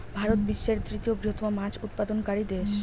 ভারত বিশ্বের তৃতীয় বৃহত্তম মাছ উৎপাদনকারী দেশ